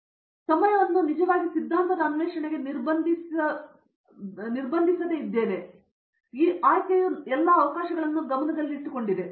ಕಾಮಕೋಟಿ ನನ್ನ ಸಮಯವನ್ನು ನಿಜವಾಗಿ ಸಿದ್ಧಾಂತದ ಅನ್ವೇಷಣೆಗೆ ನಿರ್ಬಂಧಿಸದಿದ್ದೇನೆ ಎಂದು ಮಾತನಾಡುವ ನನ್ನ ಆಯ್ಕೆಯು ಈ ಎಲ್ಲ ಅವಕಾಶಗಳನ್ನು ಗಮನದಲ್ಲಿಟ್ಟುಕೊಂಡಿದೆ